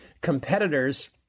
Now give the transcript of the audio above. competitors